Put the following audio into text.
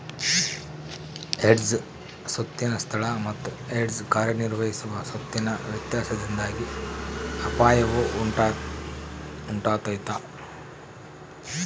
hedge ಸ್ವತ್ತಿನ ಸ್ಥಳ ಮತ್ತು ಹೆಡ್ಜ್ ಕಾರ್ಯನಿರ್ವಹಿಸುವ ಸ್ವತ್ತಿನ ವ್ಯತ್ಯಾಸದಿಂದಾಗಿ ಅಪಾಯವು ಉಂಟಾತೈತ